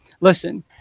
listen